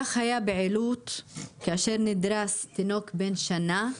כך היה בעילוט כאשר נדרס תינוק בן שנה,